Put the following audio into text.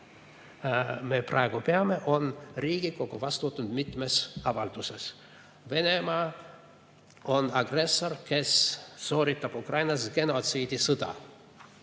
me praegu peame, on Riigikogu vastu võtnud mitmes avalduses. Venemaa on agressor, kes sooritab Ukrainas genotsiidisõda.